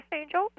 Angel